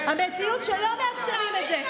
המציאות היא שלא מאפשרים את זה.